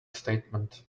statement